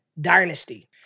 Dynasty